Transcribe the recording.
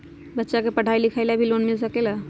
बच्चा के पढ़ाई लिखाई ला भी लोन मिल सकेला?